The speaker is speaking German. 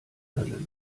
hölle